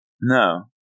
No